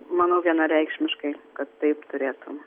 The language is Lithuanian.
manau vienareikšmiškai kad taip turėtum